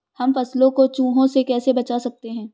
हम फसलों को चूहों से कैसे बचा सकते हैं?